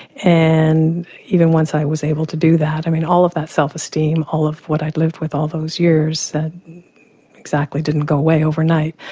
and once i was able to do that, i mean all of that self-esteem, all of what i'd lived with all those years that exactly didn't go away overnight,